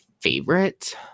favorite